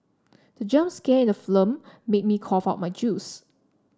the jump scare in the film made me cough out my juice